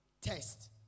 test